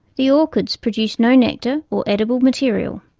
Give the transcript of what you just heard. the orchids produce no nectar or edible material.